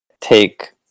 take